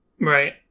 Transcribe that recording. right